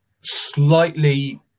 slightly